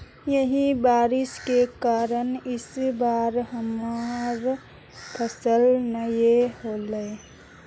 यही बारिश के कारण इ बार हमर फसल नय होले?